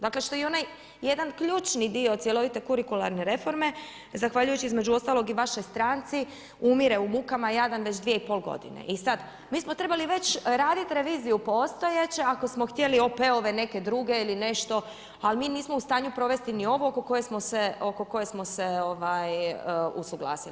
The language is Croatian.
Dakle, što je onaj jedan ključni dio cjelovite kurikularne reforme, zahvaljujući između ostalog i vašoj stranci, umire u mukama, jadan već 2,5 g. I sad, mi smo trebali već raditi reviziju postojeće, ako smo htjeli OP neke druge ili nešto, ali mi nismo u stanju provesti niti ovu oko koje smo se ovaj usuglasili.